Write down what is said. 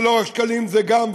זה לא רק שקלים זה גם,